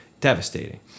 devastating